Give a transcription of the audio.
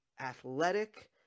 athletic